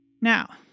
Now